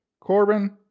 corbin